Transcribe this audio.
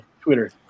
Twitter